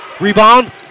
Rebound